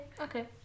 okay